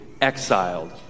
exiled